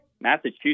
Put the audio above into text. Massachusetts